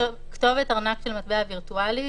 "כתובת ארנק של מטבע וירטואלי"